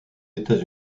états